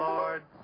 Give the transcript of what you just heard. Lord